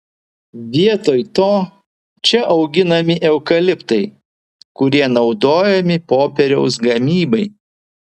vietoj to čia auginami eukaliptai kurie naudojami popieriaus gamybai